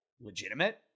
legitimate